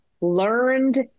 learned